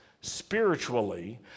spiritually